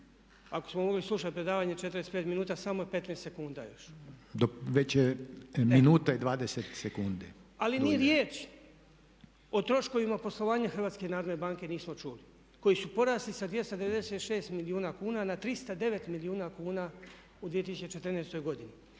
ako smo mogli slušati predavanje 45 minuta samo 15 sekundi već. …/Upadica: Već je minuta i 20 sekundi./… Ali ni riječi o troškovima poslovanja HNB-a nismo čuli koji su porasli sa 296 milijuna kuna na 309 milijuna kuna u 2014. godini.